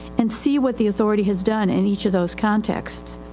and see what the authority has done in each of those contexts.